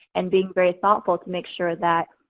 and being very thoughtful to make sure that,